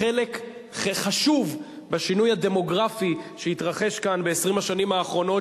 חלק חשוב בשינוי הדמוגרפי שהתרחש כאן ב-20 השנים האחרונות,